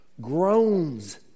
groans